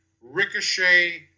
Ricochet